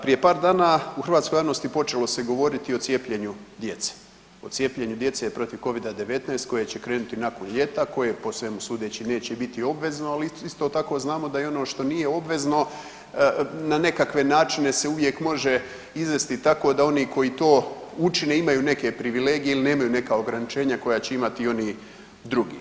Prije par dana u hrvatskoj javnosti počelo se govoriti o cijepljenju djece, o cijepljenju djece protiv Covida-19 koje će krenuti nakon ljeta koje po svemu sudeći neće biti obvezno, ali isto tako znamo da i ono što nije obvezno na nekakve načine se uvijek može izvesti tako oni koji to učine imaju neke privilegije ili nema neka ograničenja koja će imati i oni drugi.